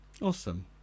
Awesome